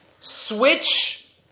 switch